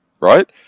Right